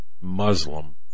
Muslim